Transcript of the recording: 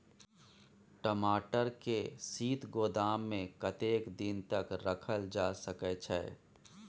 टमाटर के शीत गोदाम में कतेक दिन तक रखल जा सकय छैय?